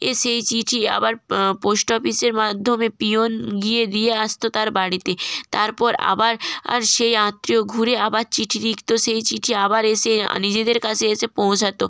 এ সেই চিঠি আবার পোস্ট অফিসের মাধ্যমে পিয়ন গিয়ে দিয়ে আসতো তার বাড়িতে তারপর আবার আর সেই আত্মীয় ঘুরে আবার চিঠি লিখতো সেই চিঠি আবার এসে নিজেদের কাছে এসে পৌঁছাতো